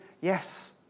yes